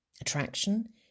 attraction